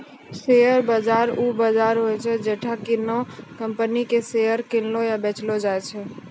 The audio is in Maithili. शेयर बाजार उ बजार होय छै जैठां कि कोनो कंपनी के शेयर किनलो या बेचलो जाय छै